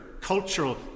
cultural